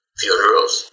funerals